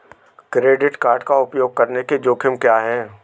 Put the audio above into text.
Credit card का उपयोग करने के जोखिम क्या हैं?